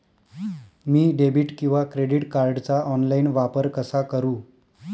मी debit किंवा credit कार्डचा online वापर कसा करु?